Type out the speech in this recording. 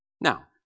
Now